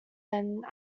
than